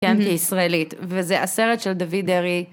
כן, היא ישראלית, וזה הסרט של דוד ארי.